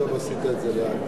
התשע"א 2011, נתקבל.